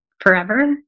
forever